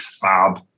fab